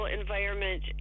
environment